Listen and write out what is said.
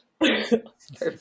perfect